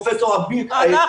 פרופ' --- ועוד רבים.